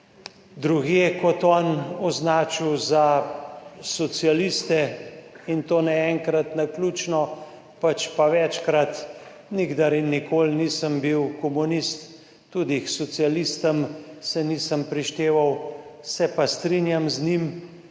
drugje kot on, označil za socialiste, in to ne enkrat naključno, pač pa večkrat. Nikdar in nikoli nisem bil komunist, tudi k socialistom se nisem prišteval, se pa strinjam z njim,